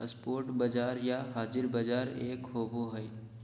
spot बाजार या हाज़िर बाजार एक होबो हइ